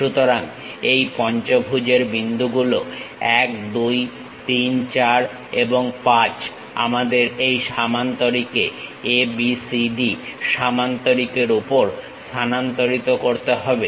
সুতরাং এই পঞ্চভুজের বিন্দুগুলো 1 2 3 4 এবং 5 আমাদের এই সামান্তরিকে ABCD সামান্তরিকের উপর স্থানান্তরিত করতে হবে